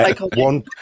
One